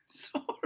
sorry